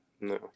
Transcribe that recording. No